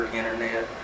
internet